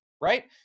right